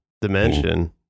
dimension